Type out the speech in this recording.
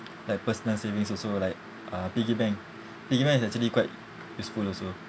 like personal savings also like uh piggy bank piggy bank is actually quite useful also